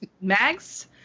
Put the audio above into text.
Mags